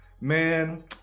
Man